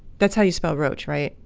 that's how you spell roach, right?